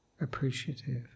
appreciative